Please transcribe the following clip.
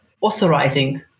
authorizing